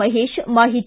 ಮಹೇಶ್ ಮಾಹಿತಿ